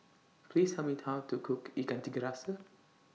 Please Tell Me How to Cook Ikan Tiga Rasa